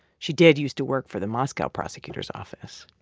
she did used to work for the moscow prosecutor's office.